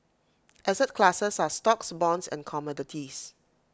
asset classes are stocks bonds and commodities